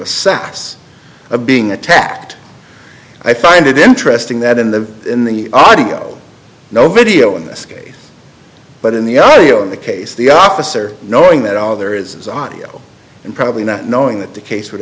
assess a being attacked i find it interesting that in the in the audio no video in this case but in the audio in the case the officer knowing that all there is audio and probably not knowing that the case would